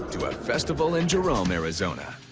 to a festival in jerome, arizona.